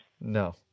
No